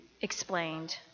explained